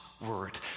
word